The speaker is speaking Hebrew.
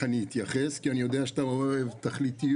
אתייחס כי אני יודע שאתה אוהב תכליתיות.